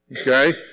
Okay